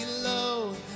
low